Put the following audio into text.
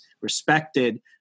respected